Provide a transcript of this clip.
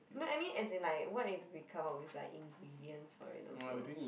no I mean as in like what if we come up with like ingredients for it also